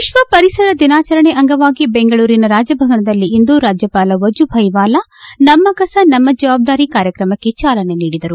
ವಿಶ್ವ ಪರಿಸರ ದಿನಾಚರಣೆ ಅಂಗವಾಗಿ ಬೆಂಗಳೂರಿನ ರಾಜಭವನದಲ್ಲಿಂದು ರಾಜ್ಞಪಾಲ ವಾಜೂಭಾಯಿ ವಾಲಾ ನಮ್ಮ ಕಸ ನಮ್ಮ ಜವಾಬ್ದಾರಿ ಕಾರ್ಯಕ್ರಮಕ್ಕೆ ಚಾಲನೆ ನೀಡಿದರು